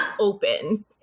open